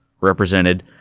represented